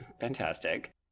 fantastic